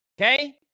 Okay